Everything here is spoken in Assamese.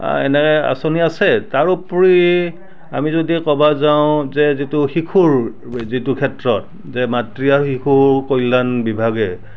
এনেকৈ আঁচনি আছে তাৰ উপৰি আমি যদি ক'ব যাওঁ যে যিটো শিশুৰ যিটো ক্ষেত্ৰত যে মাতৃ আৰু শিশু কল্যাণ বিভাগে